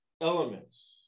elements